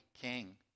King